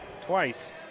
twice